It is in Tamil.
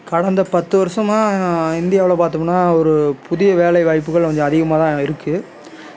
கடந்த பத்து வருஷமாக இந்தியாவில் பார்த்தோம்னா ஒரு புதிய வேலை வாய்ப்புகள் கொஞ்சம் அதிகமாக தான் இருக்கு